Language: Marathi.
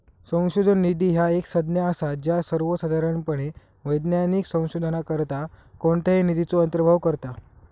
संशोधन निधी ह्या एक संज्ञा असा ज्या सर्वोसाधारणपणे वैज्ञानिक संशोधनाकरता कोणत्याही निधीचो अंतर्भाव करता